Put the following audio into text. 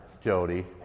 Jody